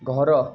ଘର